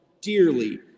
dearly